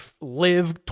live